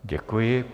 Děkuji.